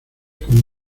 con